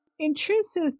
Intrusive